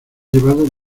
llevado